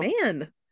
Man